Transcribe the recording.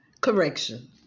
correction